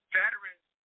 veterans